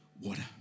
water